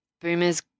boomers